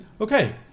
okay